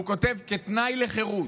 הוא כותב: כתנאי לחירות,